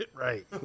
right